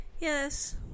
Yes